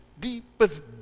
deepest